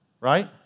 Right